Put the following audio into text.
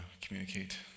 communicate